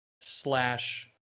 slash